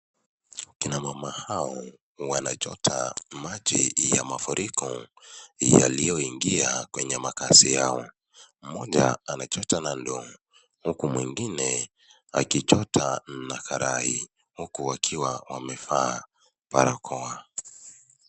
Kina mama hao wanachota maji ya mafuriko yalioingia kwenye makazi yao, moja anachota na ndoo uku mwengine akichota na karai uku wamevaa barakoa.